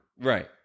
Right